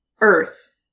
Earth